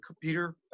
Peter